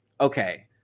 Okay